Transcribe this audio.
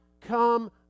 come